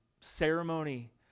ceremony